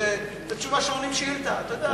זו תשובה שעונים על שאילתא, אתה יודע...